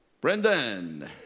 Brendan